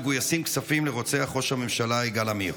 מגויסים כספים לרוצח ראש הממשלה יגאל עמיר,